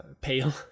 pale